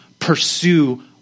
pursue